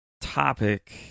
topic